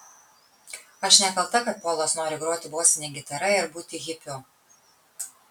aš nekalta kad polas nori groti bosine gitara ir būti hipiu